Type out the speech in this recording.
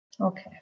Okay